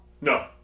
No